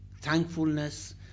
thankfulness